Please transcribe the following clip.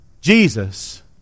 Jesus